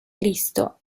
cristo